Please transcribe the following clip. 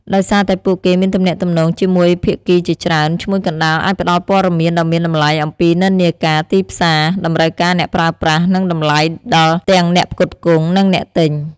ដោយសារតែពួកគេមានទំនាក់ទំនងជាមួយភាគីជាច្រើន ឈ្មួញកណ្តាលអាចផ្តល់ព័ត៌មានដ៏មានតម្លៃអំពីនិន្នាការទីផ្សារ តម្រូវការអ្នកប្រើប្រាស់ និងតម្លៃដល់ទាំងអ្នកផ្គត់ផ្គង់ និងអ្នកទិញ។